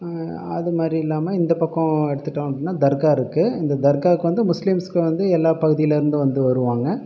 அது மாதிரி இல்லாமல் இந்த பக்கம் எடுத்துகிட்டோம் அப்படின்னா தர்கா இருக்குது இந்த தர்காவுக்கு வந்து முஸ்லிம்ஸ் வந்து எல்லா பகுதிலேருந்து வந்து வருவாங்க